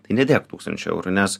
tai nedėk tūkstančio eurų nes